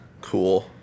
Cool